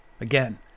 Again